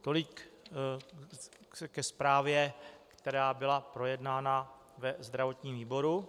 Tolik ke zprávě, která byla projednána ve zdravotním výboru.